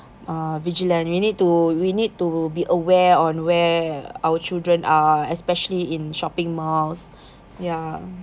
uh vigilant we need to we need to be aware on where our children are especially in shopping malls ya